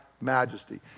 majesty